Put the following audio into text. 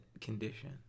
condition